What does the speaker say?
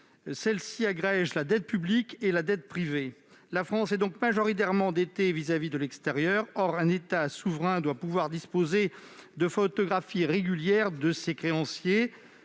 l'étude agrège dette publique et dette privée. La France est donc majoritairement endettée vis-à-vis de l'extérieur. Or un État souverain doit pouvoir disposer de photographies régulières de ses créanciers.